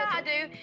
i do,